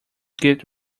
git